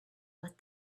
with